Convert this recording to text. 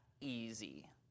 easy